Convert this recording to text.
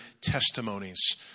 testimonies